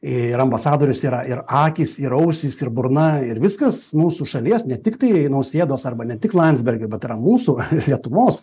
ir ambasadorius yra ir akys ir ausys ir burna ir viskas mūsų šalies ne tiktai nausėdos arba ne tik landsbergio bet ir ant mūsų lietuvos